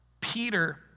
Peter